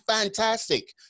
fantastic